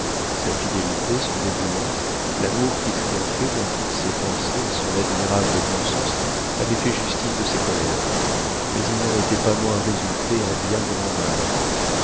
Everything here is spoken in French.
sa fidélité son dévouement l'amour qui triomphait dans toutes ses pensées et son admirable bon sens avaient fait justice de ses colères mais il n'en était pas moins résulté un bien grand mal